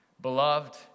Beloved